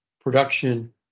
production